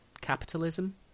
capitalism